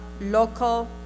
local